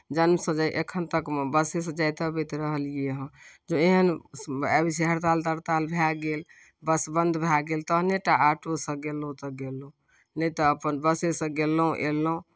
जन्मसँ एखन तकमे बसेसँ जाइत अबैत रहलियै हँ जँ एहन आबि जाइ छै हड़ताल तड़ताल भए गेल बस बन्द भए गेल तखनहि टा ऑटोसँ गेलहुँ तऽ गेलहुँ नहि तऽ अपन बसेसँ गेलहुँ अयलहुँ